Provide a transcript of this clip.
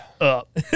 up